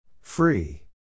Free